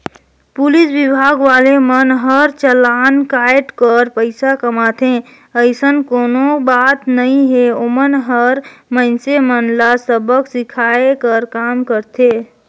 police विभाग वाले मन हर चलान कायट कर पइसा कमाथे अइसन कोनो बात नइ हे ओमन हर मइनसे मन ल सबक सीखये कर काम करथे